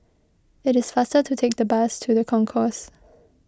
it is faster to take the bus to the Concourse